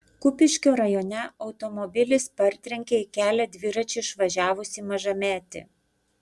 kupiškio rajone automobilis partrenkė į kelią dviračiu išvažiavusį mažametį